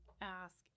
ask